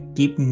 Keep